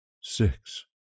Six